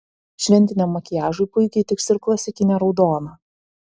šventiniam makiažui puikiai tiks ir klasikinė raudona